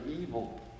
evil